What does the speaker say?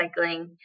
recycling